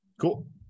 Cool